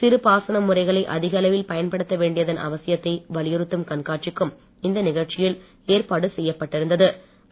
சிறுபாசன முறைகளை அதிக அளவில் பயன்படுத்த வேண்டியதன் அவசதியத்தை வலியுறுத்தும் கண்காட்சிக்கும் இந்த நிகழ்ச்சியில் ஏற்பாடு செய்யப்பட்டிருந்த்து